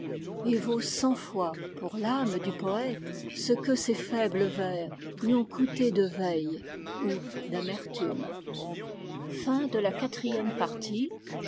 et vaut cent fois pour l'ame du poète ce que ses faibles vers lui ont coûté de veilles ou d'amertume paris